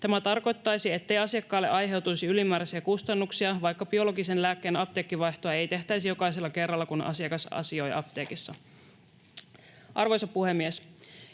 Tämä tarkoittaisi sitä, ettei asiakkaalle aiheutuisi ylimääräisiä kustannuksia, vaikka biologisen lääkkeen apteekkivaihtoa ei tehtäisi jokaisella kerralla, kun asiakas asioi apteekissa. Arvoisa puhemies!